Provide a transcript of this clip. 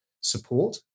support